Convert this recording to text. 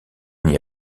n’y